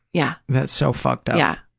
yeah. that's so fucked up. yeah.